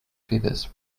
feathers